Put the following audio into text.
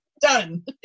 Done